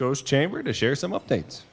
coast chamber to share some updates